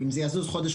אם זה יזוז חודש,